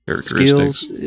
skills